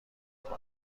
کنه